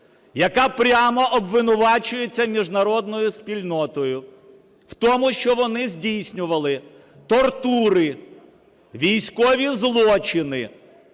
яка прямо обвинувачується міжнародною спільнотою в тому, що вони здійснювали тортури, військові злочини,